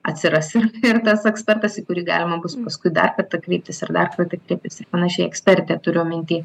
atsiras ir ir tas ekspertas į kurį galima bus paskui dar kartą kreiptis ir dar kartą kreiptis ir panašiai ekspertė turiu minty